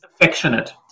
affectionate